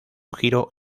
giro